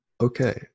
Okay